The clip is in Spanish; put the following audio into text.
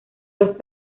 los